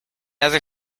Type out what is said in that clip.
other